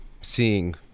seeing